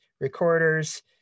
recorders